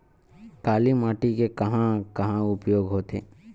काली माटी के कहां कहा उपयोग होथे?